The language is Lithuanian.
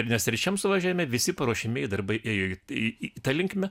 nes trečiam suvažiavime visi paruošiamieji darbai ėjo į ta linkme